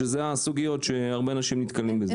אלה סוגיות שהרבה אנשים נתקלים בהן.